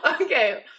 Okay